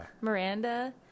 Miranda